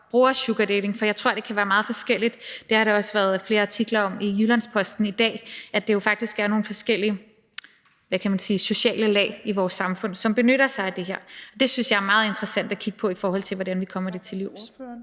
bruger sugardating, for jeg tror, der kan være mange forskellige grunde. Der har også været flere artikler om det i Jyllands-Posten i dag, der fortæller, at det faktisk er nogle forskellige sociale lag i vores samfund, som benytter sig af det her. Det synes jeg er meget interessant at kigge på, i forhold til hvordan vi kommer det til livs.